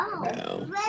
No